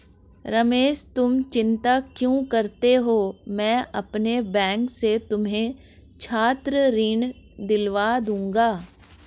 रमेश तुम चिंता क्यों करते हो मैं अपने बैंक से तुम्हें छात्र ऋण दिलवा दूंगा